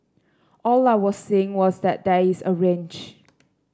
all I was saying was that there is a range